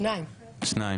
שניים.